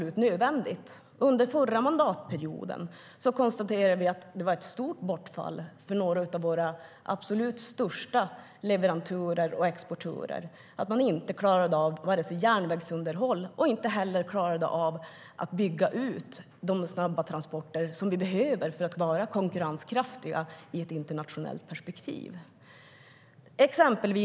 Under förra mandatperioden konstaterade vi att det var ett stort bortfall för några av våra absolut största leverantörer och exportörer. Man klarade inte av vare sig järnvägsunderhåll eller utbyggnad av de snabba transporter som vi behöver för att vara konkurrenskraftiga i ett internationellt perspektiv.